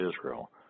Israel